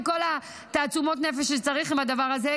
עם כל תעצומות הנפש שצריך לדבר הזה,